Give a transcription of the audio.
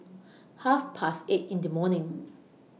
Half Past eight in The morning